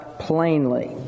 Plainly